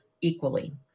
equally